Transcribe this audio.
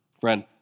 Friend